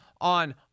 on